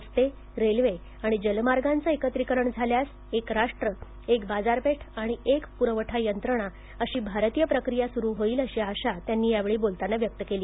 रस्ते रेल्वे आणि जलमार्गांचे एकत्रीकरण झाल्यास एक राष्ट्रएक बाजारपेठ आणि एक प्रवठा यंत्रणा अशी भारतीय प्रक्रिया स्रु होईल अशी आशा त्यांनी यावेळी बोलताना व्यक्त केली